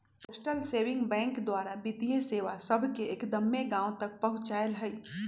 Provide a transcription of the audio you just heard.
postal saving bank द्वारा वित्तीय सेवा सभके एक्दम्मे गाँव तक पहुंचायल हइ